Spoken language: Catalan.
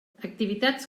activitats